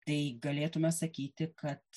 tai galėtumėme sakyti kad